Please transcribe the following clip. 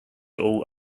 all